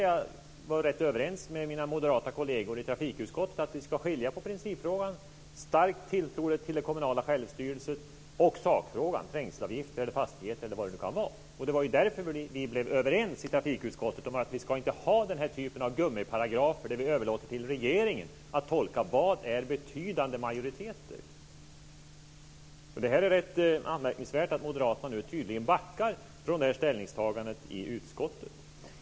Jag var rätt överens med mina moderata kolleger i trafikutskottet om att man ska skilja mellan principfrågan om en stark tilltro till den kommunala självstyrelsen och sakfrågor om trängselavgifter, fastighetsförsäljningar eller vad det kan vara. Vi blev i trafikutskottet överens om att vi inte ska ha gummiparagrafer som innebär att vi överlåter till regeringen att tolka vad som avses med "betydande majoriteter". Det är rätt anmärkningsvärt att moderaterna nu tydligen backar från det ställningstagandet i utskottet.